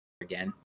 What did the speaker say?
again